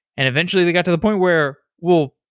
and eventually they got to the point where, well,